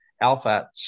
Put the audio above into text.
alpha